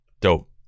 Dope